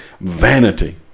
vanity